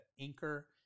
anchor